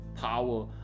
power